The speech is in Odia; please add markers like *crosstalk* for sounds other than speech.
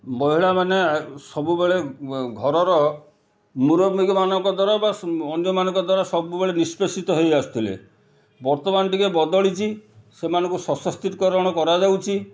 ମହିଳା ମାନେ ସବୁବେଳେ ଘରର ମୁରବି *unintelligible* ବା ଅନ୍ୟମାନଙ୍କ *unintelligible* ସବୁବେଳେ ନିଷ୍ପେଷିତ ହେଇଆସୁଥିଲେ ବର୍ତ୍ତମାନ ଟିକେ ବଦଳିଛି ସେମାନଙ୍କୁ ସଶକ୍ତିକରଣ କରାଯାଉଛି